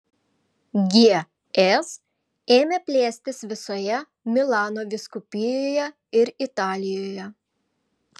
gs ėmė plėstis visoje milano vyskupijoje ir italijoje